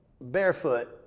barefoot